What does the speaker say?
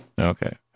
Okay